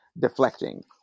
deflecting